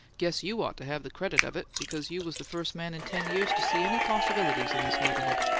guess you ought to have the credit of it, because you was the first man in ten years to see any possibilities in this neighbourhood.